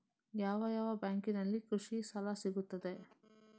ಯಾವ ಯಾವ ಬ್ಯಾಂಕಿನಲ್ಲಿ ಕೃಷಿ ಸಾಲ ಸಿಗುತ್ತದೆ?